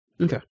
Okay